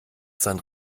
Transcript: sein